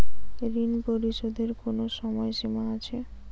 ঋণ পরিশোধের কোনো সময় সীমা আছে?